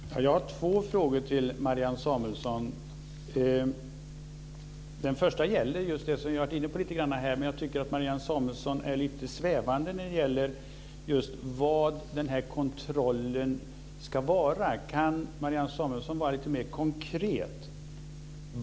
Fru talman! Jag har två frågor till Marianne Samuelsson. Den första gäller just det som vi har varit inne på lite grann här. Jag tycker att Marianne är lite svävande när det gäller just syftet med kontrollen. Kan Marianne Samuelsson vara lite mer konkret?